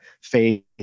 faith